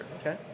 Okay